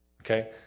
Okay